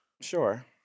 Sure